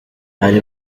hari